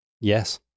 yes